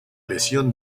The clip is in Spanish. lesión